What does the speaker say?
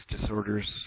disorders